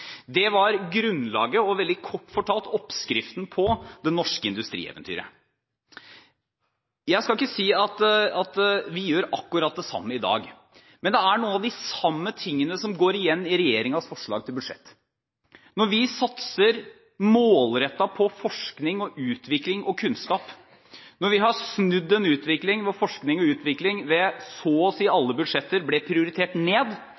Det var grunnlaget for og veldig kort fortalt oppskriften på det norske industrieventyret. Jeg skal ikke si at vi gjør akkurat det samme i dag. Men det er noen av de samme tingene som går igjen i regjeringens forslag til budsjett. Når vi satser målrettet på forskning, utvikling og kunnskap, når vi har snudd en utvikling hvor forskning og utvikling i så å si alle budsjetter ble prioritert ned,